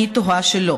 אני טוענת שלא.